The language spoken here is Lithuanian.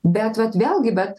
bet vat vėlgi bet